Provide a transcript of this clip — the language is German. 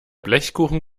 blechkuchen